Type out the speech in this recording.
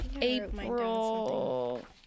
April